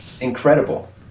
incredible